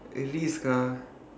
a risk ah